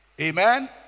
Amen